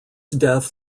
death